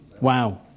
Wow